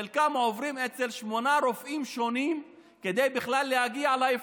חלקם עוברים אצל שמונה רופאים שונים כדי להגיע לאבחון,